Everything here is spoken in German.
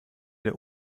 der